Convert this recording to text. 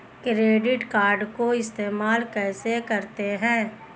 Credit card को इस्तेमाल कैसे करते हैं?